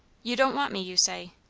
you don't want me, you say.